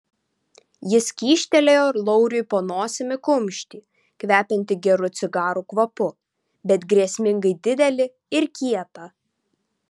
jis kyštelėjo lauriui po nosimi kumštį kvepiantį gerų cigarų kvapu bet grėsmingai didelį ir kietą